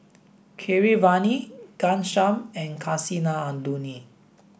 Keeravani Ghanshyam and Kasinadhuni